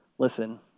Listen